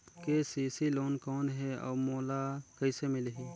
KCC loan कौन हे अउ मोला कइसे मिलही?